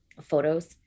photos